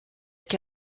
che